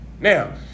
Now